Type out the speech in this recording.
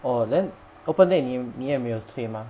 oh then open day 你你也没有退吗